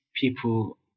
people